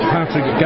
Patrick